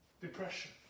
depression